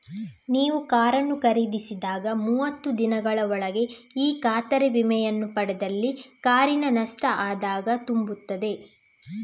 ನೀವು ಕಾರನ್ನು ಖರೀದಿಸಿದ ಮೂವತ್ತು ದಿನಗಳ ಒಳಗೆ ಈ ಖಾತರಿ ವಿಮೆಯನ್ನ ಪಡೆದಲ್ಲಿ ಕಾರಿನ ನಷ್ಟ ಆದಾಗ ತುಂಬುತ್ತದೆ